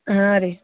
ಹಾಂ ರೀ